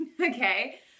Okay